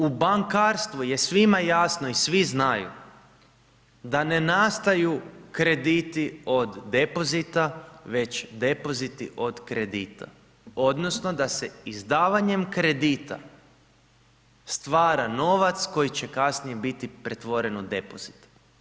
U bankarstvu je svim jasno i svi znaju da ne nastaju krediti od depozita, već depoziti od kredita odnosno da se izdavanjem kredita stvara novac koji će kasnije biti pretvoren u depozit.